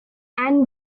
and